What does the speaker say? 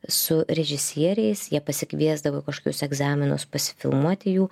su režisieriais jie pasikviesdavo kažkokius egzaminus pasifilmuoti jų